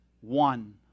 one